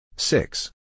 Six